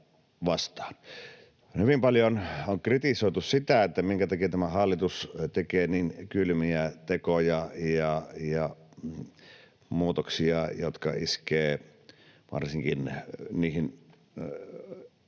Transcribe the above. Hyvin paljon on kritisoitu sitä, minkä takia tämä hallitus tekee niin kylmiä tekoja ja muutoksia, jotka iskevät varsinkin niihin köyhimpiin